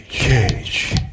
Cage